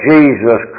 Jesus